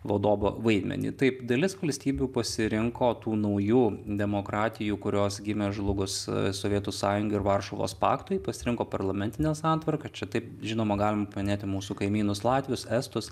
vadovo vaidmenį taip dalis valstybių pasirinko tų naujų demokratijų kurios gimė žlugus sovietų sąjungai ir varšuvos paktui pasirinko parlamentinę santvarką čia taip žinoma galim paminėti mūsų kaimynus latvius estus